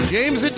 James